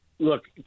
Look